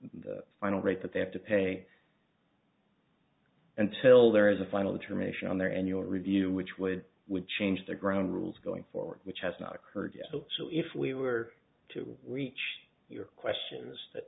the final rate that they have to pay until there is a final determination on their annual review which way it would change the ground rules going forward which has not occurred so if we were to reach your questions that